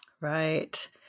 Right